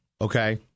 okay